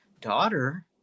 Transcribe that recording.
daughter